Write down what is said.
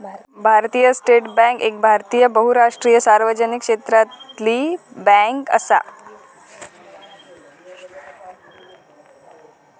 भारतीय state bank एक भारतीय बहुराष्ट्रीय सार्वजनिक क्षेत्रातली बॅन्क असा